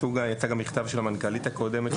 יצא גם מכתב של המנכ"לית הקודמת,